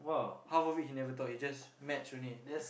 half of it he never talk he just match only